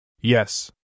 Yes